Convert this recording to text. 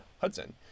Hudson